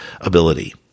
ability